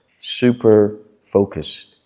super-focused